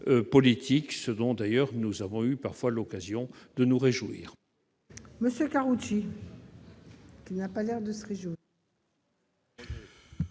ce dont nous avons eu parfois l'occasion de nous réjouir.